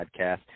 podcast